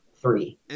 three